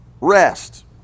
rest